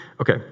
Okay